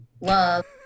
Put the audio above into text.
love